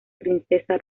princesa